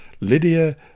Lydia